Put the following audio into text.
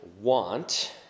want